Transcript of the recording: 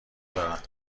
دارن